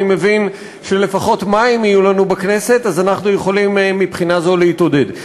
אני מבין שלפחות מים יהיו לנו בכנסת אז אנחנו יכולים מבחינה זו להתעודד.